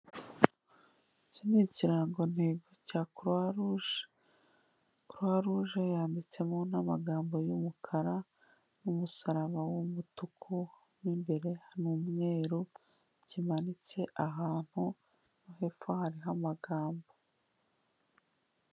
Iki ni ikirangantego cya Croix rouge. Croix rouge yanditsemo n'amagambo y'umukara n'umusaraba w'umutuku, mo imbere n'umweru, kimanitse ahantu no hepfo hari amagambo.